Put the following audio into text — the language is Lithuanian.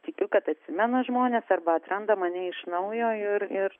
tikiu kad atsimena žmonės arba atranda mane iš naujo ir ir